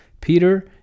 Peter